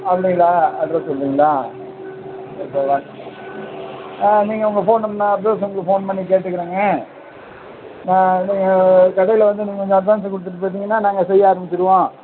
அப்படீங்களா அட்ரஸ் சொல்கிறீங்களா ஆ நீங்கள் உங்கள் ஃபோன் நம்பர் அட்ரஸ் வந்து ஃபோன் பண்ணி கேட்டுக்கிறேங்க நான் வந்து கடையில் வந்து நீங்கள் கொஞ்சம் அட்வான்ஸை கொடுத்துட்டுப் போயிட்டீங்கன்னால் நாங்கள் செய்ய ஆரம்பிச்சுடுவோம்